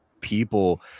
people